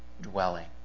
dwelling